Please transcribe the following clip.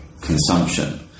consumption